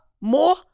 more